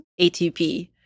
ATP